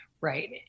Right